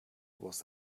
was